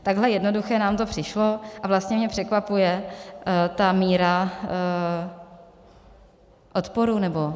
Takhle jednoduché nám to přišlo, a vlastně mě překvapuje ta míra odporu nebo...